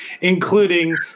including